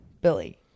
Billy